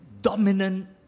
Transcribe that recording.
dominant